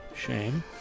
shame